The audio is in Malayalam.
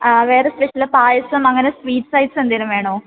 വേറെ സ്പെഷ്യൽ പായസം അങ്ങനെ സ്വീറ്റ്സ് അങ്ങനെ എന്തെങ്കിലും വേണോ